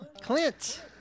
Clint